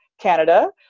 canada